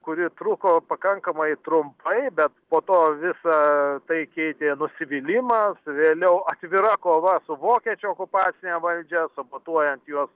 kuri truko pakankamai trumpai bet po to visa tai keitė nusivylimas vėliau atvira kova su vokiečių okupacine valdžia sabotuojant jos